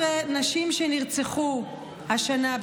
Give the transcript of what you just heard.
17 נשים נרצחו השנה,